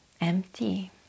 empty